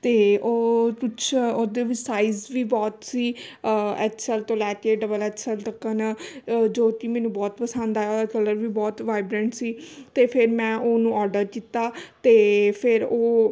ਅਤੇ ਉਹ ਕੁਛ ਉਹਦੇ ਵਿੱਚ ਸਾਈਜ਼ ਵੀ ਬਹੁਤ ਸੀ ਐਕਸਲ ਤੋਂ ਲੈ ਕੇ ਡਬਲ ਐਕਸਲ ਤੱਕ ਜੋ ਕਿ ਮੈਨੂੰ ਬਹੁਤ ਪਸੰਦ ਆਇਆ ਕਲਰ ਵੀ ਬਹੁਤ ਵਾਈਬਰੈਂਟ ਸੀ ਅਤੇ ਫਿਰ ਮੈਂ ਉਹਨੂੰ ਔਡਰ ਕੀਤਾ ਅਤੇ ਫਿਰ ਉਹ